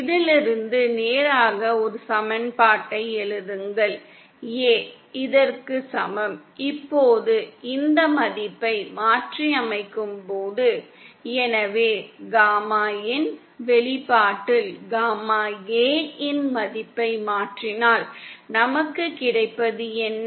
இதிலிருந்து நேராக ஒரு சமன்பாட்டை எழுதுங்கள் a இதற்கு சமம் இப்போது இந்த மதிப்பை மாற்றியமைக்கும் போது எனவே காமாin வெளிப்பாட்டில் காமா A இன் மதிப்பை மாற்றினால் நமக்குக் கிடைப்பது என்ன